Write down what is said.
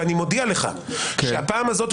ואני מודיע לך שהפעם הזאת,